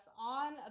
on